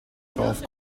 golf